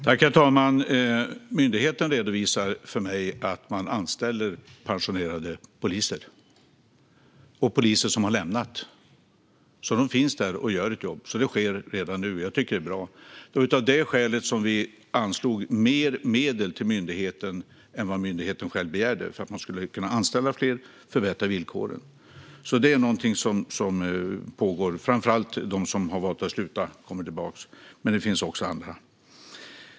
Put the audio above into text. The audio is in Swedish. Herr talman! Myndigheten redovisar för mig att man anställer pensionerade poliser och poliser som har slutat, så de finns där och gör ett jobb. Detta sker alltså redan nu, och jag tycker att det är bra. Skälet är att vi anslog mer medel till myndigheten än vad myndigheten själv begärde, för att den skulle kunna anställa fler och förbättra villkoren. Detta är alltså något som pågår. Framför allt är det de som har valt att sluta som kommer tillbaka, men det finns också andra.